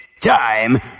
time